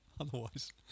otherwise